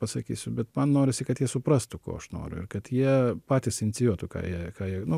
pasakysiu bet man norisi kad jie suprastų ko aš noriu ir kad jie patys inicijuotų ką jei ką jie nu